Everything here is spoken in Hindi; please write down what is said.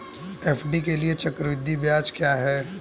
एफ.डी के लिए चक्रवृद्धि ब्याज क्या है?